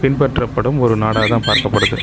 பின்பற்றப்படும் ஒரு நாடாக தான் பார்க்கப்படுது